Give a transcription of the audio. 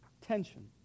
tension